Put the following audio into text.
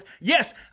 yes